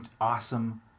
awesome